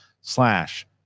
slash